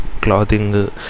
clothing